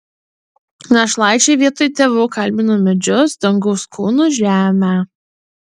našlaičiai vietoj tėvų kalbino medžius dangaus kūnus žemę